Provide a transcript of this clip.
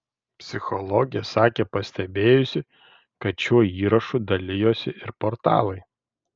psichologė sakė pastebėjusi kad šiuo įrašu dalijosi ir portalai